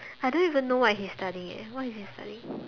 I don't even know what he's studying eh what is he studying